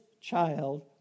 child